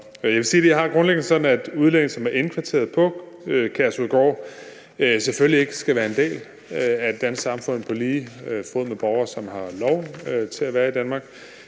jeg grundlæggende har det sådan, at udlændinge, som er indkvarteret på Kærshovedgård, selvfølgelig ikke skal være en del af det danske samfund på lige fod med borgere, som har lov til at være i Danmark.